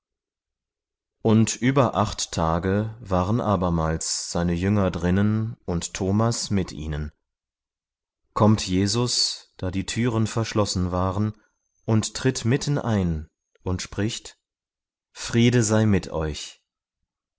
und über acht tage waren abermals seine jünger drinnen und thomas mit ihnen kommt jesus da die türen verschlossen waren und tritt mitten ein und spricht friede sei mit euch